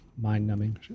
mind-numbing